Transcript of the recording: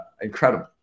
incredible